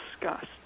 disgust